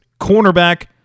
cornerback